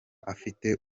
afite